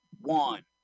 one